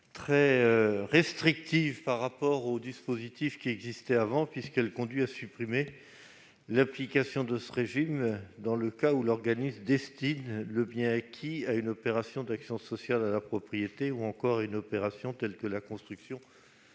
très restrictive par rapport au dispositif qui existait auparavant. Elle conduit, en effet, à supprimer l'application de ce régime dans le cas où l'organisme destine le bien acquis à une opération d'accession sociale à la propriété ou encore à une opération telle que la construction